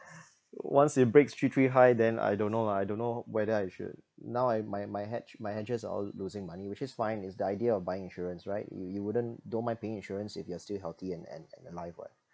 once it breaks three three high then I don't know lah I don't know whether I should now I my my hedge my hedges are all losing money which is fine it's the idea of buying insurance right you you wouldn't don't mind paying insurance if you are still healthy and and alive [what]